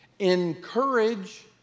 encourage